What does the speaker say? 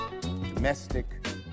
domestic